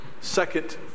second